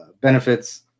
benefits